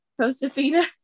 josephina